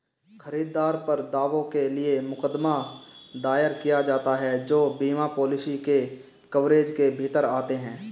खरीदार पर दावों के लिए मुकदमा दायर किया जाता है जो बीमा पॉलिसी के कवरेज के भीतर आते हैं